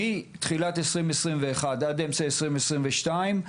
בין שנת 2021 עד אמצע שנת 2022,